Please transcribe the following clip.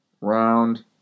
Round